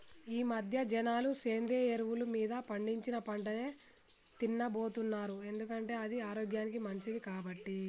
ఈమధ్య జనాలు సేంద్రియ ఎరువులు మీద పండించిన పంటనే తిన్నబోతున్నారు ఎందుకంటే అది ఆరోగ్యానికి మంచిది కాబట్టి